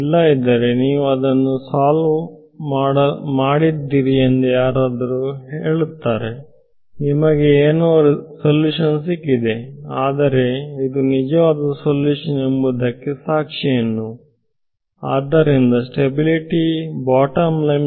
ಇಲ್ಲದಿದ್ದರೆ ನೀವು ಅದನ್ನು ಸಾಲು ಮಾಡಿದ್ದೀರಿ ಎಂದು ಯಾರಾದರೂ ಹೇಳುತ್ತಾರೆ ನಿಮಗೆ ಏನೋ ಸಲ್ಯೂಷನ್ ಸಿಕ್ಕಿದೆ ಆದರೆ ಇದು ನಿಜವಾದ ಸಲ್ಯೂಷನ್ ಎಂಬುದಕ್ಕೆ ಸಾಕ್ಷಿ ಏನು